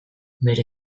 bere